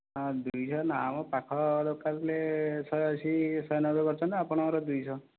ଦୁଇଶହ ନା ମ ପାଖ ଦୋକାନ ରେ ଶହେଅଶି ଶହେନବେ କରୁଛନ୍ତି ଆପଣ ଙ୍କର ଦୁଇଶହ